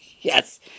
Yes